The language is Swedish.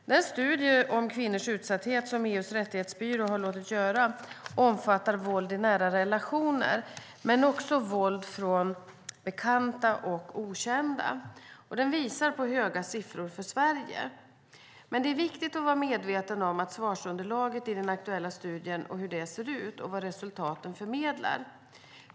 Den studie om kvinnors utsatthet som EU:s rättighetsbyrå har låtit göra omfattar våld i nära relationer men också våld från bekanta och okända. Den visar på höga siffror för Sverige. Men det är viktigt att vara medveten om hur svarsunderlaget i den aktuella studien ser ut och vad resultaten förmedlar.